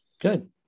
Good